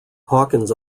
hawkins